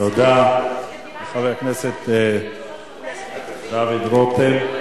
תודה לחבר הכנסת דוד רותם.